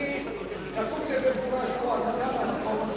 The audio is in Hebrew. כתוב לי במפורש הנמקה מהמקום,